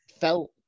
felt